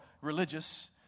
religious